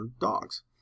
dogs